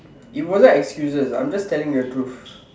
it wasn't excuses I am just telling the truth